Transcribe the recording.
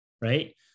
right